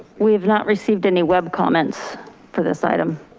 we have not received any web comments for this item